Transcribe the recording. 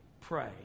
Pray